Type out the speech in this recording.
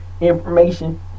information